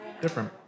Different